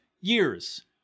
years